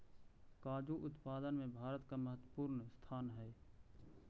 काजू उत्पादन में भारत का महत्वपूर्ण स्थान हई